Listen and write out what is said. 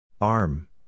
Arm